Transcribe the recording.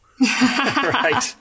Right